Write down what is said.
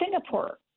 Singapore